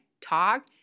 talk